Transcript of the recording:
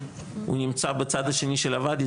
הוא נמצא בצד השני של הואדי,